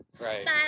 right